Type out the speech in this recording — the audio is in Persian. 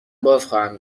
بازخواهم